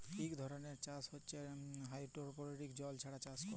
ইক ধরলের চাষ হছে হাইডোরোপলিক্স জল ছাড়া চাষ ক্যরে